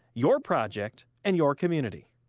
your project, and your community.